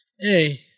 Hey